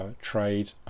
trade